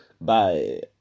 Bye